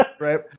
right